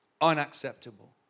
unacceptable